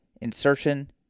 insertion